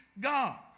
God